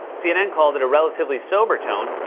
cnn called it a relatively sober tone.